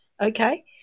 Okay